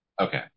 Okay